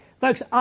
folks